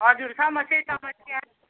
हजुर समस्यै समस्या